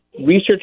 research